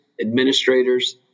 administrators